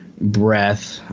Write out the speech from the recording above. breath